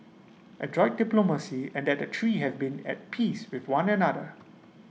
adroit diplomacy and that the three have been at peace with one another